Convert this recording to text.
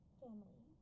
family